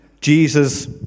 Jesus